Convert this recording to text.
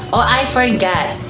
i forgot.